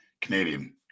canadian